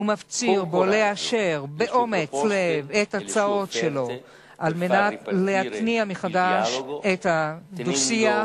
ומפציר בו לאשר באומץ לב את ההצעות שלו על מנת להתניע מחדש את הדו-שיח,